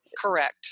Correct